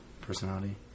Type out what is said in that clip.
personality